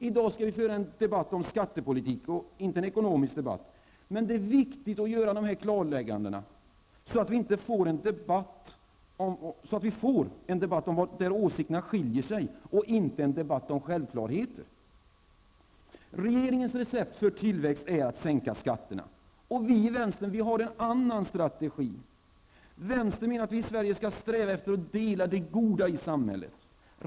I dag skall vi föra en debatt om skattepolitik och inte en ekonomisk debatt, men det är viktigt att göra dessa klarlägganden, så att vi får en debatt om var åsikterna skiljer sig och inte en debatt om självklarheter. Regeringens recept för tillväxt är att sänka skatterna. Vi i vänstern har en annan strategi. Vänstern menar att vi i Sverige skall sträva efter att dela det goda i samhället.